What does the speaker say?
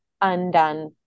undone